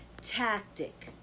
tactic